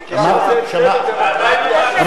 זה עדיין לא מאפשר לה,